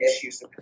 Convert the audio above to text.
issues